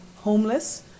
homeless